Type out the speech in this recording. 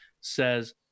says